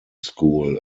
school